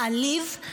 מעליב.